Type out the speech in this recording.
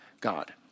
God